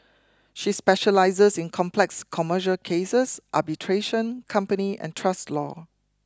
she specialises in complex commercial cases arbitration company and trust law